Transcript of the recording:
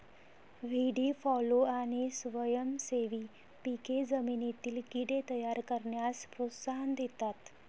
व्हीडी फॉलो आणि स्वयंसेवी पिके जमिनीतील कीड़े तयार करण्यास प्रोत्साहन देतात